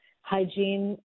hygiene